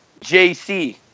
JC